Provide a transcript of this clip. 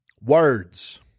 Words